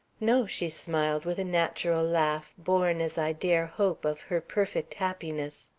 no, she smiled, with a natural laugh, born, as i dare hope, of her perfect happiness.